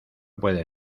puede